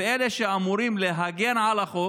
אלה שאמורים להגן על החוק